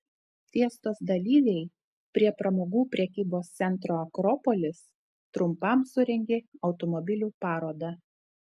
fiestos dalyviai prie pramogų prekybos centro akropolis trumpam surengė automobilių parodą